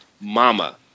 Mama